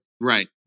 right